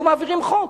היו מעבירים חוק.